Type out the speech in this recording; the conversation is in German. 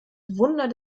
wunder